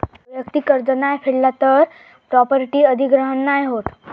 वैयक्तिक कर्ज नाय फेडला तर प्रॉपर्टी अधिग्रहण नाय होत